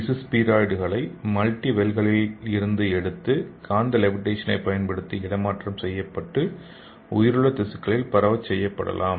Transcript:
திசு ஸ்பீராய்டுகளை மல்டி வெல்களிலிருந்து எடுத்து காந்த லெவிட்டேஷனைப் பயன்படுத்தி இடமாற்றம் செய்யப்பட்டு உயிருள்ள திசுக்களில் பரவச் செய்யப்படலாம்